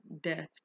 death